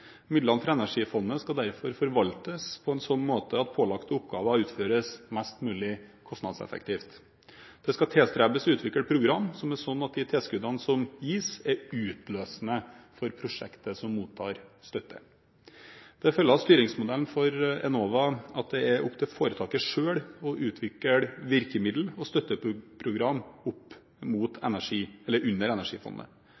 Midlene fra Energifondet skal derfor forvaltes på en slik måte at pålagte oppgaver utføres mest mulig kostnadseffektivt. Det skal tilstrebes å utvikle programmer som er slik at de tilskuddene som gis, er utløsende for prosjektet som mottar støtte. Det følger av styringsmodellen for Enova at det er opp til foretaket selv å utvikle virkemidler og